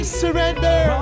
surrender